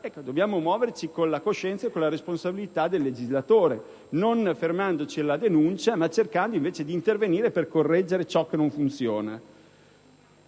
dobbiamo muoverci con la coscienza e la responsabilità del legislatore, non fermandoci alla denuncia, ma cercando di intervenire per correggere ciò che non funziona.